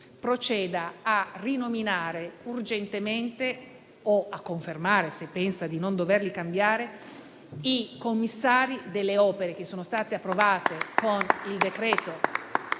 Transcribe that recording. proceda a rinominare urgentemente (o a confermare, se pensa di non doverli cambiare) i commissari delle opere che sono state approvate durante